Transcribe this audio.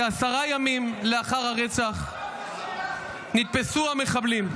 כעשרה ימים לאחר הרצח נתפסו המחבלים,